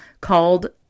called